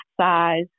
size